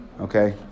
Okay